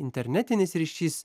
internetinis ryšys